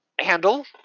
handle